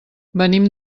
venim